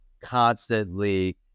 constantly